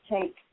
take